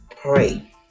pray